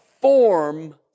form